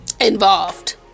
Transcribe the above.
involved